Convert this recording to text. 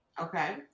Okay